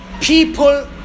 people